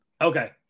Okay